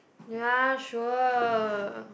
ya sure